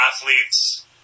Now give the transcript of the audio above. athletes